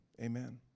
Amen